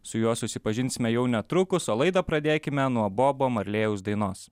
su juo susipažinsime jau netrukus o laidą pradėkime nuo bobo marlėjaus dainos